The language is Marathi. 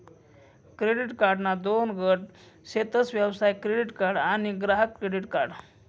क्रेडीट कार्डना दोन गट शेतस व्यवसाय क्रेडीट कार्ड आणि ग्राहक क्रेडीट कार्ड